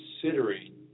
considering